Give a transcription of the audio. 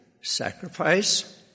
sacrifice